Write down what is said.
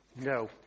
No